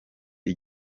iki